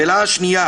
שאלה שנייה